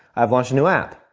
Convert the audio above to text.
i've launched a new app.